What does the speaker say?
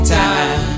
time